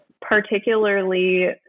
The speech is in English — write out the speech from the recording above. particularly